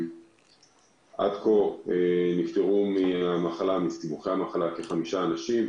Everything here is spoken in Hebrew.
עד כה נפטרו מסיבוכי המחלה כחמישה אנשים,